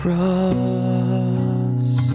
Cross